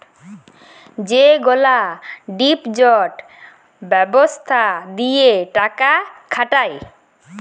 যেগলা ডিপজিট ব্যবস্থা দিঁয়ে টাকা খাটায়